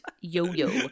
yo-yo